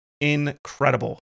incredible